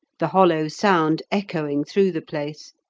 the hollow sound echoing through the place.